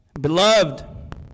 Beloved